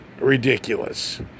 ridiculous